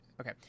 Okay